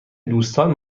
دوستان